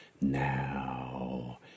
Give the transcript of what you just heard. Now